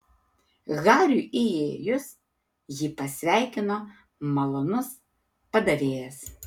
hariui įėjus jį pasveikino malonus padavėjas